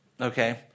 okay